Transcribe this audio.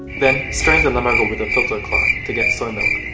then, strain the namago with a filter cloth to get soy milk.